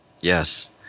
Yes